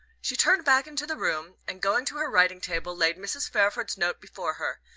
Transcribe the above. she turned back into the room, and going to her writing-table laid mrs. fairford's note before her,